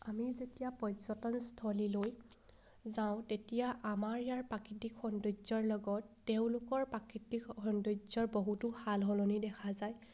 আমি যেতিয়া পৰ্যটনস্থলীলৈ যাওঁ তেতিয়া আমাৰ ইয়াৰ প্ৰাকৃতিক সৌন্দৰ্যৰ লগত তেওঁলোকৰ প্ৰাকৃতিক সৌন্দৰ্যৰ বহুতো সালসলনি দেখা যায়